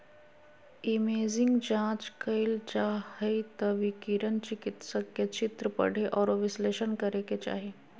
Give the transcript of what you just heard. imaging जांच कइल जा हइ त विकिरण चिकित्सक के चित्र पढ़े औरो विश्लेषण करे के चाही